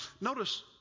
notice